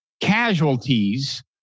casualties